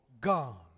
gone